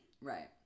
Right